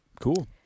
cool